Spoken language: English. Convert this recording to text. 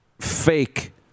fake